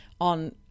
on